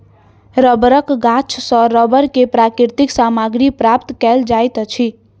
रबड़क गाछ सॅ रबड़ के प्राकृतिक सामग्री प्राप्त कयल जाइत अछि